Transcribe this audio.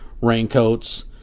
raincoats